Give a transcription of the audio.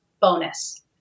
bonus